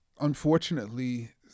unfortunately